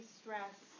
stress